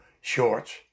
shorts